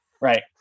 Right